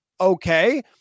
okay